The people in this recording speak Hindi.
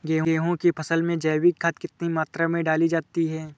गेहूँ की फसल में जैविक खाद कितनी मात्रा में डाली जाती है?